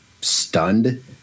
stunned